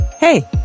Hey